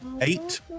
eight